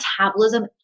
metabolism